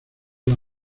las